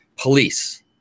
police